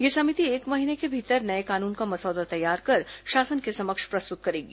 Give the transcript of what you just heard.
यह समिति एक महीने के भीतर नए कानून का मसौदा तैयार कर शासन के सामने प्रस्तुत करेगी